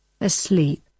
asleep